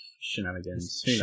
shenanigans